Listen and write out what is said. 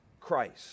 Christ